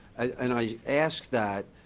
and i ask that,